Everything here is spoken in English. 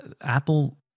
Apple